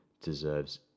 deserves